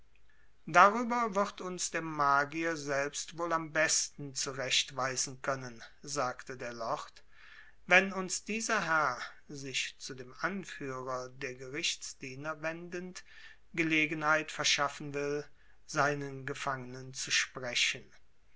darüber wird uns der magier selbst wohl am besten zurechtweisen können sagte der lord wenn uns dieser herr sich zu dem anführer der gerichtsdiener wendend gelegenheit verschaffen will seinen gefangnen zu sprechen